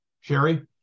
Sherry